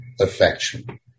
affection